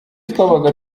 twabaga